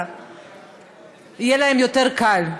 יהיה להם יותר קל.